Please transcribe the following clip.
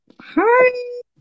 Hi